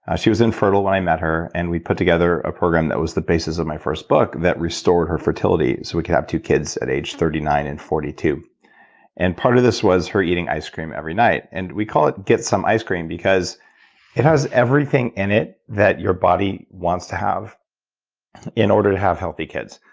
ah she was infertile when i met her and we put together a program that was the basis of my first book that restore her fertility so we can have two kids at age thirty nine and forty two point and part of this was her eating ice cream every night. and we call it get some ice cream because it has everything in it that your body wants to have in order to have healthy kids.